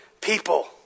people